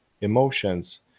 emotions